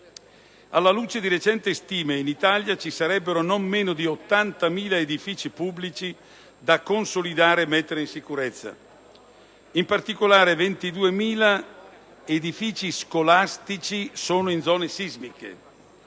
Alla luce di recenti stime, in Italia ci sarebbero non meno di 80.000 edifici pubblici da consolidare e mettere in sicurezza. In particolare, circa 22.000 edifici scolastici sono in zone sismiche,